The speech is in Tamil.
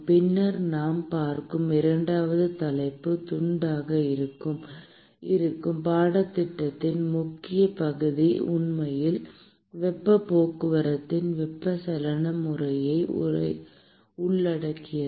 பின்னர் நாம் பார்க்கும் இரண்டாவது தலைப்பு துண்டாக இருக்கும் பாடத்தின் முக்கிய பகுதி உண்மையில் வெப்பப் போக்குவரத்தின் வெப்பச்சலன முறையை உள்ளடக்கியது